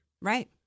Right